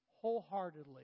wholeheartedly